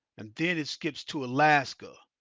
and then it skips to alaska.